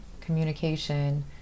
communication